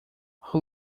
who